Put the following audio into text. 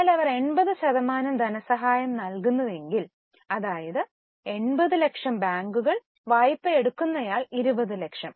എന്നാൽ അവർ 80 ശതമാനം ധനസഹായം നൽകുന്നുവെങ്കിൽ അതായത് 80 ലക്ഷം ബാങ്കുകൾ വായ്പയെടുക്കുന്നയാൾ 20 ലക്ഷം